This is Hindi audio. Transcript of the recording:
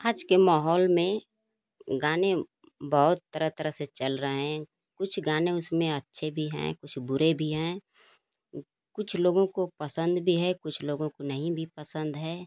आज के माहौल में गाने बहुत तरह तरह से चल रहे हैं कुछ गाने उसमें अच्छे भी हैं कुछ बुरे भी हैं कुछ लोगों को पसंद भी हैं कुछ लोगों को नहीं भी पसंद है